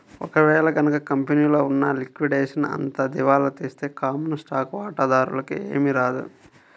ఒక వేళ గనక కంపెనీలో ఉన్న లిక్విడేషన్ అంతా దివాలా తీస్తే కామన్ స్టాక్ వాటాదారులకి ఏమీ రాదు